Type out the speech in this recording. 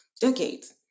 decades